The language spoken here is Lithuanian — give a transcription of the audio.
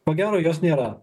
ko gero jos nėra